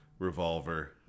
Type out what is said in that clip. revolver